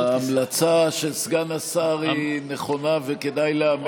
ההמלצה של שר סגן השר היא נכונה וכדאי לאמץ אותה.